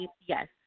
Yes